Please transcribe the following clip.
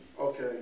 Okay